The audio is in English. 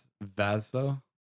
Vaso